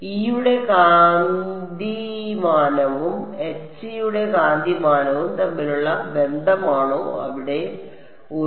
E യുടെ കാന്തിമാനവും H യുടെ കാന്തിമാനവും തമ്മിലുള്ള ബന്ധമാണോ അവിടെ ഒരു